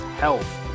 health